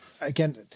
again